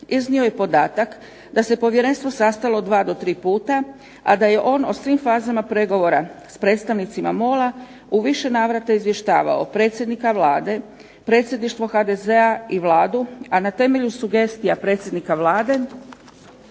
Iznio je i podatak da se povjerenstvo sastalo dva do tri puta, a da je on o svim fazama pregovora s predstavnicima MOL-a u više navrata izvještavao predsjednika Vlade, Predsjedništvo HDZ-a i Vladu, a na temelju sugestija predsjednika Vlade